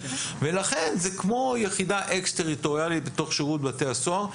לכן זה כמו יחידה אקס-טריטוריאלית בתוך שירות בתי הסוהר,